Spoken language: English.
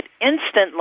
instantly